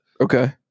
okay